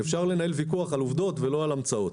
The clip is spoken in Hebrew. אפשר לנהל ויכוח על עובדות ולא על המצאות.